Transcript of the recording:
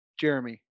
Jeremy